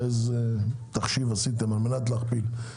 ואיזה תחשיב עשיתם על מנת להכפיל.